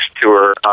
tour